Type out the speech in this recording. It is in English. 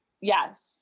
Yes